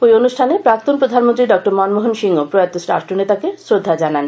ওই অনুষ্ঠানে প্রাক্তন প্রধানমন্ত্রী ড মনমোহন সিংও প্রয়াত রাট্টনেতাকে শ্রদ্ধা জানান